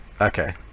Okay